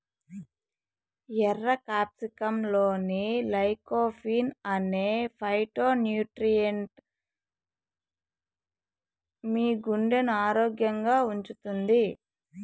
ఎర్ర క్యాప్సికమ్లోని లైకోపీన్ అనే ఫైటోన్యూట్రియెంట్ మీ గుండెను ఆరోగ్యంగా ఉంచుతుంది